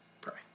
pray